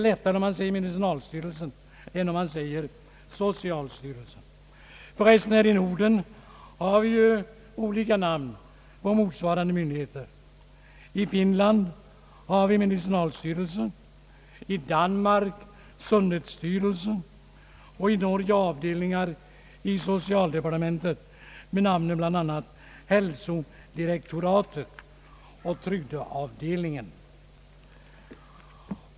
I Norden har vi för resten olika namn på motsvarande myndigheter. I Finland heter det medicinalstyrelsen, i Danmark sundhetsstyrelsen och i Norge är det avdelningar i socialdepartementet med namnen hälsodirektoratet och trygdeavdelningen.